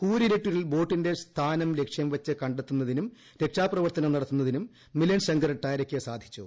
കൂരിരുട്ടിൽ ബോട്ടിന്റെ സ്ഥാനം ലക്ഷ്യംവച്ച് കണ്ടെത്തുന്നതിനും രക്ഷാപ്രവർത്തനം നടത്തുന്നതിനും മിലൻ ശങ്കർ ടാരെയ്ക്ക് സാധിച്ചു